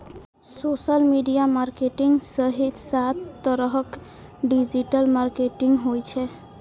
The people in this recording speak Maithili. सोशल मीडिया मार्केटिंग सहित सात तरहक डिजिटल मार्केटिंग होइ छै